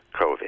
COVID